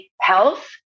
health